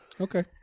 Okay